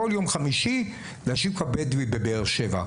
בכל יום חמישי לשוק הבדואי בבאר שבע.